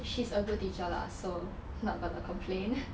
she's a good teacher lah so not gonna complain